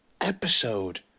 episode